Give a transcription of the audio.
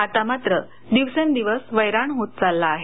आता मात्र दिवसेंदिवस वैराण होत चालला आहे